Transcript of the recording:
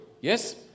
Yes